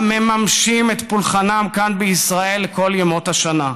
המממשים את פולחנם כאן, בישראל, כל ימות השנה.